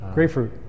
Grapefruit